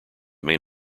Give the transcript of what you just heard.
may